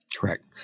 Correct